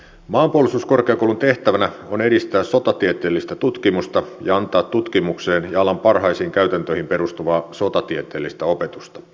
maanpuolustuskorkeakoulun tehtävänä on edistää sotatieteellistä tutkimusta ja antaa tutkimukseen ja alan parhaisiin käytäntöihin perustuvaa sotatieteellistä opetusta